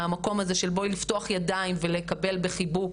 מהמקום הזה של בואי לפתוח ידיים ולקבל בחיבוק,